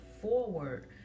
forward